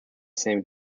same